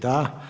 Da.